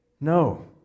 No